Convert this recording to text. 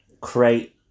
create